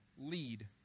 lead